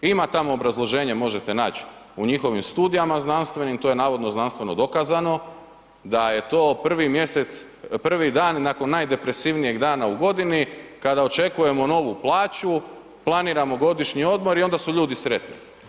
Ima tamo obrazloženje možete naći u njihovim studijama znanstvenim, to je navodno znanstveno dokazano, da je to prvi mjesec, prvi dan nakon najdepresivnijeg dana u godini kada očekujemo novu plaću, planiramo godišnji odmor i onda su ljudi sretni.